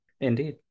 Indeed